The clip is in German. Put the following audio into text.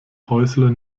häusler